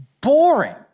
boring